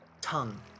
tongue